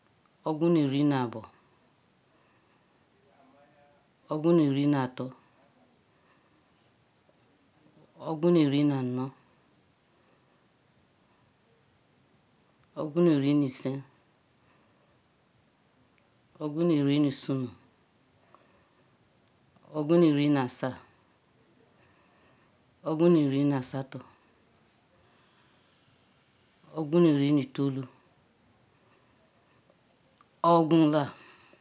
ogwu nu rienabo ogwu nu rieneto ogwu nu rinano ogwu nu riensunu ogwu nu rienasa ogwu nu riena asato ogwu nu rei nu tolu ogwu lava